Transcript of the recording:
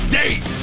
date